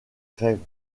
grève